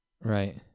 Right